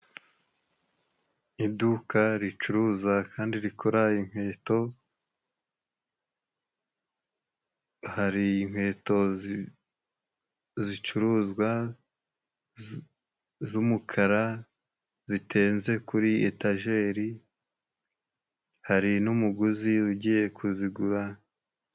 Iduka ricuruza kandi rikora inkweto, hari inkweto zicuruzwa zumukara zitenze kuri etageri, hari n'umuguzi ugiye kuzigura.